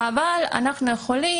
אבל הם יכולים,